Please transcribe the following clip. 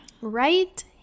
Right